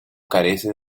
carece